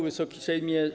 Wysoki Sejmie!